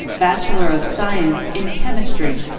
bachelor of science in chemistry.